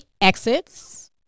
exits